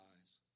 eyes